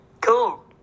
cool